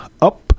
up